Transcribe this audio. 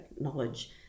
knowledge